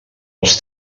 els